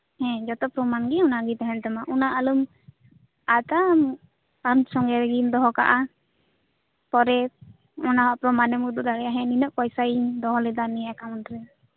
ᱦᱮᱸ ᱡᱚᱛᱚ ᱯᱨᱚᱢᱟᱱ ᱜᱮ ᱚᱱᱟᱜᱮ ᱛᱟᱸᱦᱮᱱ ᱛᱟᱢᱟ ᱚᱱᱟ ᱟᱞᱚᱢ ᱟᱫᱼᱟ ᱟᱢ ᱥᱚᱝᱜᱮ ᱨᱮᱜᱮᱢ ᱫᱚᱦᱚ ᱠᱟᱜᱼᱟ ᱯᱚᱨᱮ ᱚᱱᱟ ᱯᱨᱚᱢᱟᱱ ᱮᱢ ᱩᱫᱩᱜ ᱫᱟᱲᱮᱭᱟᱜᱼᱟ ᱱᱮᱜ ᱮ ᱱᱤᱱᱟᱹᱜ ᱯᱚᱭᱥᱟᱧ ᱫᱚᱦᱚ ᱞᱮᱫᱟ ᱱᱤᱭᱟᱹ ᱮᱠᱟᱣᱩᱱᱴ ᱨᱮ